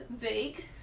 vague